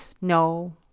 no